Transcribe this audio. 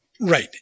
Right